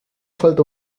falta